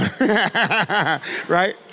right